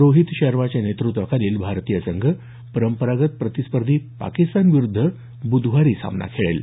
रोहित शर्माच्या नेतृत्वाखालील भारतीय संघ परंपरागत प्रतिस्पर्धी पाकिस्तान विरुद्ध ब्धवारी सामना खेळेल